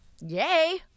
Yay